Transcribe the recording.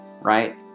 Right